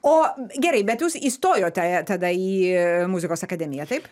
o gerai bet jūs įstojote tada į muzikos akademiją taip